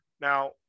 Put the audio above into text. Now